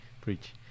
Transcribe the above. preach